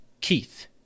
Keith